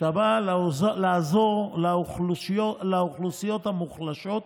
שבהם אתה בא לעזור לאוכלוסיות המוחלשות,